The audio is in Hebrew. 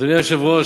אדוני היושב-ראש,